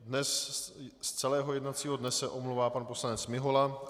Dnes se z celého jednacího dne omlouvá pan poslanec Mihola.